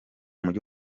mujyi